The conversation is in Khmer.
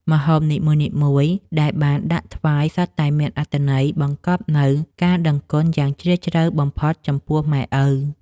ម្ហូបនីមួយៗដែលបានដាក់ថ្វាយសុទ្ធតែមានអត្ថន័យបង្កប់នូវការដឹងគុណយ៉ាងជ្រាលជ្រៅបំផុតចំពោះម៉ែឪ។